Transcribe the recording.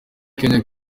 kenya